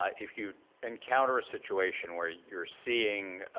ah if you encounter a situation where you're seeing